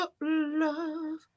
love